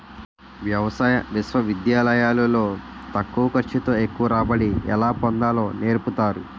వ్యవసాయ విశ్వవిద్యాలయాలు లో తక్కువ ఖర్చు తో ఎక్కువ రాబడి ఎలా పొందాలో నేర్పుతారు